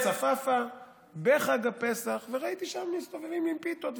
צפאפא בחג הפסח וראיתי שם מסתובבים עם פיתות,